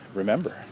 remember